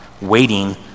waiting